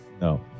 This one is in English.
No